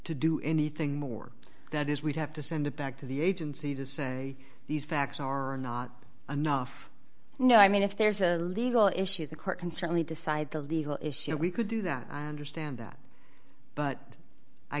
to do anything more that is we'd have to send it back to the agency to say these facts are are not enough no i mean if there's a legal issue the court can certainly decide the legal issue and we could do that under stand that but i